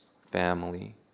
family